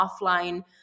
offline